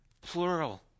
plural